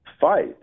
fight